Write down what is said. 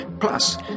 plus